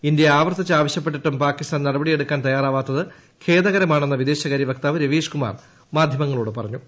India ആവർത്തിച്ച് ആവശ്യപ്പെട്ടിട്ടും പാക്കിസ്ഥാൻ നടപടിയെടുക്കാൻ തയ്യാറാകാത്തത് ഖേദകരമാണെന്ന് വിദേശകാര്യ വക്താവ് രവീഷ്കുമാർ മാധ്യമങ്ങളോട് പറഞ്ഞു